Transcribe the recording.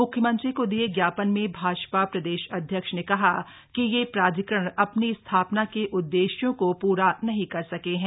मुख्यमंत्री को दिये ज्ञापन में भाजपा प्रदेश अध्यक्ष ने कहा कि ये प्राधिकरण अपनी स्थापना के उद्देश्यों को पूरा नहीं कर सके हैं